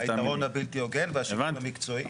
היתרון הבלתי הוגן והשיקול המקצועי